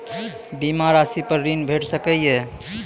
बीमा रासि पर ॠण भेट सकै ये?